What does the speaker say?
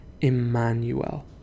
Emmanuel